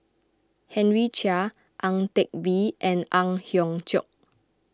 Henry Chia Ang Teck Bee and Ang Hiong Chiok